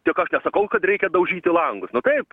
tik aš nesakau kad reikia daužyti langus nu taip